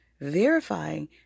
verifying